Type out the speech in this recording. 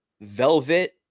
velvet